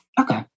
Okay